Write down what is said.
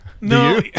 No